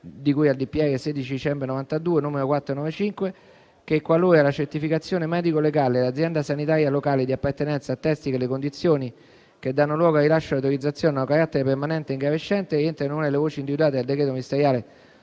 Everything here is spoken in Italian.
di cui al DPR 16 dicembre 1992, n. 495, che, qualora la certificazione medico-legale dell'Azienda sanitaria locale di appartenenza attesti che le condizioni che danno luogo al rilascio dell'autorizzazione hanno carattere permanente o ingravescente e rientrano in una delle voci individuate dal decreto ministeriale